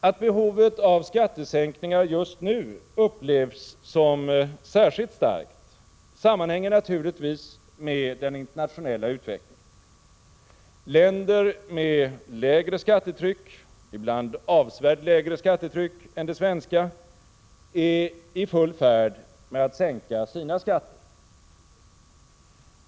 Att behovet av skattesänkningar just nu upplevs som särskilt starkt sammanhänger naturligtvis med den internationella utvecklingen. Länder med lägre skattetryck än det svenska — ibland avsevärt lägre — är i full färd med att sänka sina skatter.